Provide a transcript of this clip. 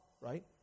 Right